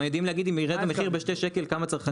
הם יודעים להגיד אם ירד המחיר ב-2 שקלים כמה צרכנים ירצו לקנות?